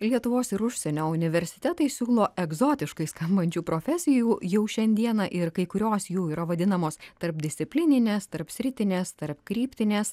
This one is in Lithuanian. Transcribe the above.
lietuvos ir užsienio universitetai siūlo egzotiškai skambančių profesijų jau šiandieną ir kai kurios jų yra vadinamos tarpdisciplininės tarpsritinės tarpkryptinės